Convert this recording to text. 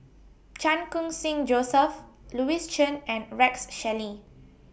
Chan Khun Sing Joseph Louis Chen and Rex Shelley